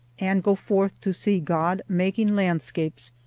and go forth to see god making landscapes,